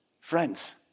Friends